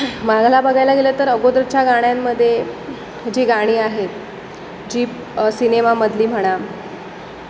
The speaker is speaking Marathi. मागलं बघायला गेलं तर अगोदरच्या गाण्यांमध्ये जी गाणी आहेत जी सिनेमामधली म्हणा